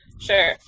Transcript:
sure